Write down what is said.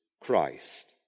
Christ